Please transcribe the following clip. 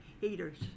heaters